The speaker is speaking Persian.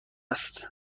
تسبیح